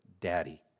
daddy